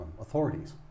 authorities